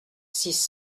six